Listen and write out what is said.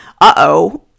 uh-oh